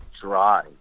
dry